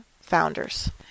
founders